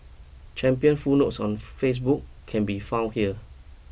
champion full notes on Facebook can be found here